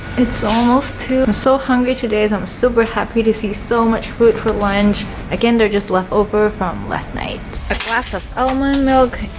it's almost um so hungry. today's. i'm super happy to see so much food for lunch again they're just leftover from last night a glass of almond milk